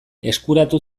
eskuratu